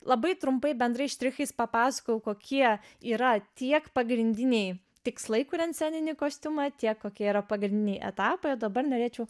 labai trumpai bendrais štrichais papasakojau kokie yra tiek pagrindiniai tikslai kuriant sceninį kostiumą tiek kokie yra pagrindiniai etapai o dabar norėčiau